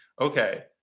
okay